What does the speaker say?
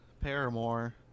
Paramore